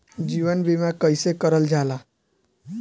जीवन बीमा कईसे करल जाला?